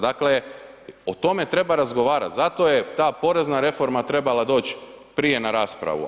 Dakle o tome treba razgovarati, zato je ta porezna reforma trebala doći prije na raspravu.